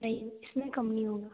नहीं इसमें कम नहीं होगा